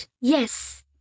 Yes